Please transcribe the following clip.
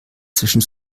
zwischen